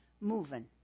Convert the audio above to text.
moving